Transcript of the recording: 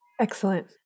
excellent